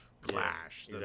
clash